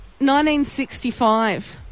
1965